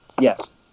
Yes